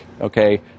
okay